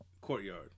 courtyard